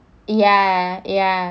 ya ya